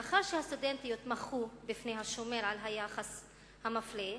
לאחר שהסטודנטיות מחו בפני השומר על היחס המפלה,